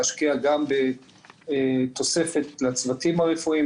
להשקיע גם בתוספת לצוותים הרפואיים,